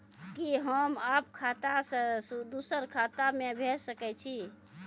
कि होम आप खाता सं दूसर खाता मे भेज सकै छी?